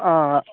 हां